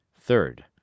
Third